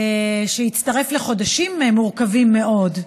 שהתווסף לחודשים מורכבים מאוד,